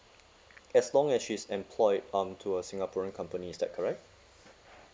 as long as she's employed um to a singaporean company is that correct